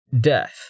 death